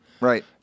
right